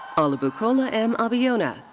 olubukola m. abiona,